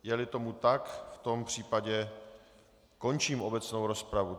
Jeli tomu tak, v tom případě končím obecnou rozpravu.